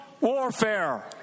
warfare